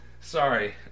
sorry